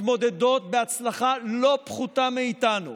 מתמודדות בהצלחה לא פחותה מאיתנו